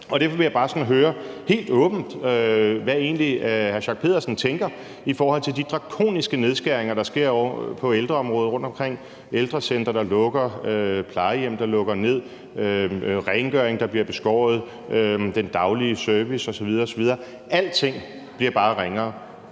år. Derfor vil jeg bare sådan høre helt åbent, hvad hr. Torsten Schack Pedersen egentlig tænker i forhold til de drakoniske nedskæringer, der sker på ældreområdet rundtomkring: ældrecentre, der lukker; plejehjem, der lukker ned; rengøring og den daglige service, der bliver beskåret, osv. osv. Alting bliver bare ringere.